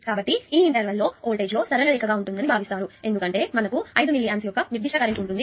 కాబట్టి ఈ ఇంటర్వల్ లో వోల్టేజ్లో సరళ రేఖ గా ఉంటుందని భావిస్తారు ఎందుకంటే మనకు 5 మిల్లీ ఆంప్స్ యొక్క నిర్దిష్ట కరెంట్ ఉంటుంది